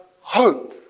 hope